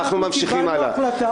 אנחנו ממשיכים הלאה.